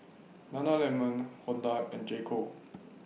Nana Lemon Honda and J Co